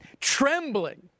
trembling